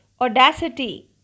audacity